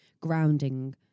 grounding